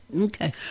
Okay